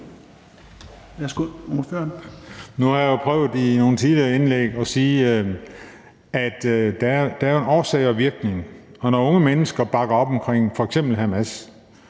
Nu har jeg jo prøvet i nogle tidligere indlæg at sige, at der er en årsag og virkning, og når unge mennesker bakker op om f.eks. Hamas,